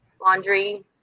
laundry